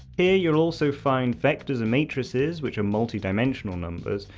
here you will also find vectors and matrices which are multi-dimensional numbers,